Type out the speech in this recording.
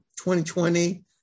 2020